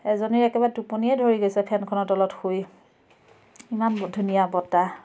এজনীৰ একেবাৰে টোপনীয়ে ধৰি গৈছে ফেনখনৰ তলত শুই ইমান ধুনীয়া বতাহ